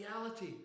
reality